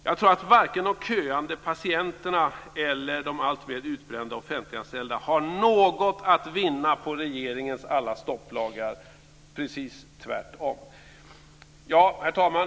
Jag tror att varken de köande patienterna eller de alltmer utbrända offentliganställda har något att vinna på regeringens alla stopplagar, precis tvärtom. Herr talman!